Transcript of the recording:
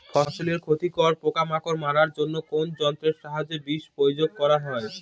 ফসলের ক্ষতিকর পোকামাকড় মারার জন্য কোন যন্ত্রের সাহায্যে বিষ প্রয়োগ করা হয়?